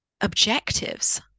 objectives